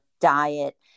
diet